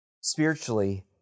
Spiritually